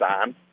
on